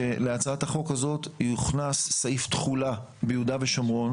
שלהצעת החוק הזאת יוכנס סעיף תחולה ביהודה ושומרון